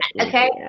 Okay